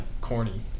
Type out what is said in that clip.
Corny